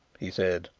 he said.